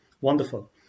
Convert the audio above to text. Wonderful